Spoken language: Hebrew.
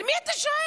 על מי אתה שואג?